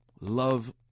love